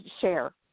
share